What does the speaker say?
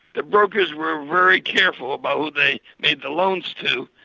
the brokers were very careful about who they made the loans to,